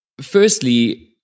firstly